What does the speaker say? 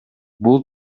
бул